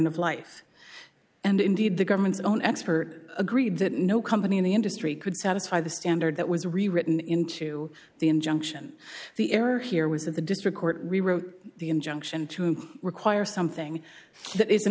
of life and indeed the government's own expert agreed that no company in the industry could satisfy the standard that was rewritten into the injunction the error here was that the district court rewrote the injunction to require something